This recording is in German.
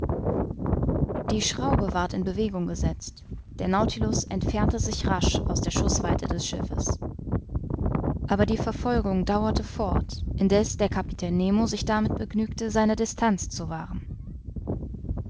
die schraube ward in bewegung gesetzt der nautilus entfernte sich rasch aus der schußweite des schiffes aber die verfolgung dauerte fort indeß der kapitän nemo sich damit begnügte seine distanz zu wahren